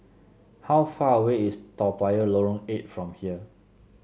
how far away is Toa Payoh Lorong Eight from here